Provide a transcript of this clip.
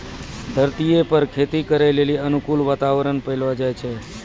धरतीये पर खेती करै लेली अनुकूल वातावरण पैलो जाय छै